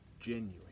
genuine